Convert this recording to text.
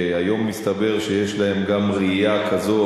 שהיום מסתבר שיש להם גם ראייה כזאת או